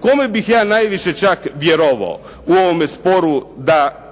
Kome bih ja najviše čak vjerovao u ovome sporu da